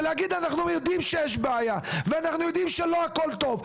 ולהגיד: "אנחנו יודעים שיש בעיה ושלא הכל טוב"?